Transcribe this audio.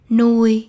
nuôi